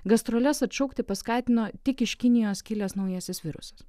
gastroles atšaukti paskatino tik iš kinijos kilęs naujasis virusas